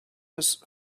was